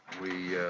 we